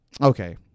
Okay